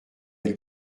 être